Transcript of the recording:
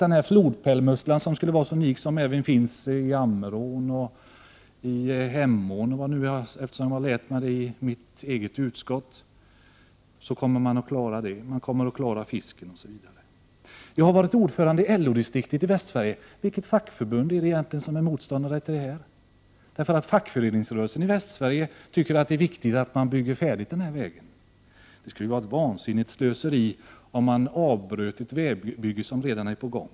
Den här flodpärlmusslan som skulle vara så unik — och som även finns i Ammerån och Hemån, efter vad jag har lärt mig i bostadsutskottet— kommer man att kunna bevara, och man kommer att klara fisken osv. Jag har varit ordförande i LO-distriktet i Västsverige. Vilket fackförbund är egentligen motståndare till en utbyggnad? Fackföreningsrörelsen i Västsverige anser att det är viktigt att man bygger färdigt den här vägen. Det skulle vara ett vansinnigt slöseri om man avbröt ett vägbygge som redan är på gång.